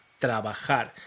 Trabajar